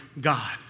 God